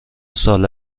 ساله